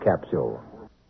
capsule